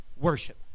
worship